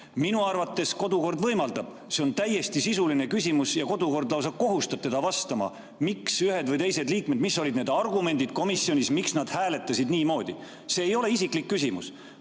Minu arvates kodukord võimaldab, see on täiesti sisuline küsimus ja kodukord lausa kohustab teda vastama, mis olid ühtede või teiste liikmete argumendid komisjonis, et nad hääletasid niimoodi. See ei ole isiklik küsimus.